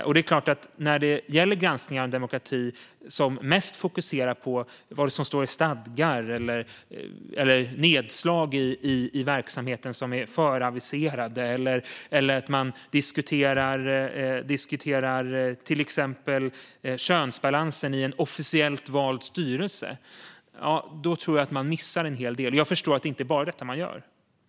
Jag tror att man missar en hel del om granskningar av demokrati mest fokuserar på vad det står i stadgar, är föraviserade nedslag i verksamheten eller går ut på att man diskuterar till exempel könsbalansen i en officiellt vald styrelse. Jag förstår att det inte är bara det man gör.